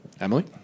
Emily